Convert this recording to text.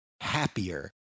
happier